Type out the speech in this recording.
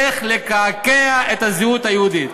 איך לקעקע את הזהות היהודית.